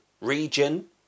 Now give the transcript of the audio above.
region